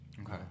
okay